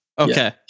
Okay